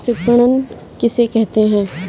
विपणन किसे कहते हैं?